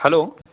hello